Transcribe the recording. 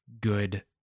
good